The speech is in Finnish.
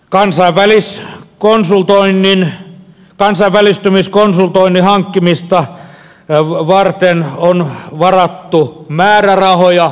ja edelleen kansainvälistymiskonsultoinnin hankkimista varten on varattu määrärahoja